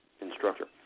instructor